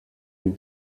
une